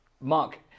Mark